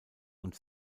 und